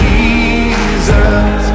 Jesus